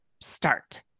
start